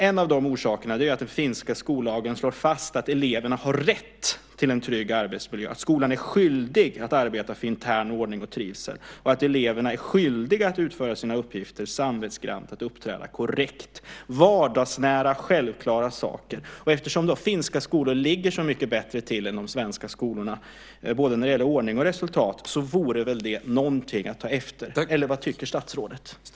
En av orsakerna är att den finska skollagen slår fast att eleverna har rätt till en trygg arbetsmiljö, att skolan är skyldig att arbeta för intern ordning och trivsel och att eleverna är skyldiga att utföra sina uppgifter samvetsgrant och uppträda korrekt. Det är vardagsnära självklara saker. Eftersom finska skolor ligger så mycket bättre till än de svenska skolorna, både när det gäller ordning och resultat, vore det väl någonting att ta efter. Eller vad tycker statsrådet?